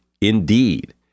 Indeed